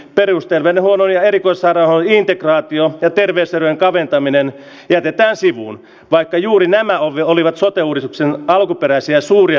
perustelen huonoja erikoista on integraation peter de saden kaventaminen jätetään sivuun vaikka juuri nämä olivat hotelli sen alkuperäisiä suuria